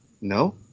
no